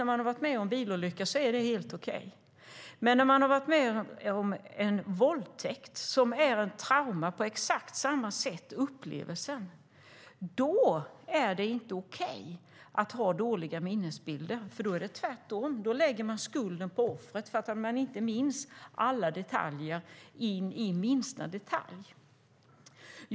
När man har varit med om en bilolycka är det helt okej att inte minnas, men när man har varit med om en våldtäkt, som är en lika traumatiska upplevelse, är det inte okej att ha dåliga minnesbilder. Tvärtom lägger man skulden på offret om hon inte minns allt i minsta detalj.